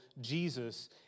Jesus